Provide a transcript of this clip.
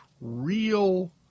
real